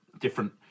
different